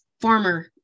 farmer